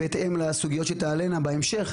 בהתאם לסוגיות שתעלינה בהמשך,